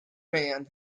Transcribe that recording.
man